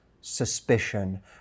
suspicion